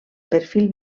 perfil